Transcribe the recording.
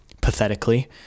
pathetically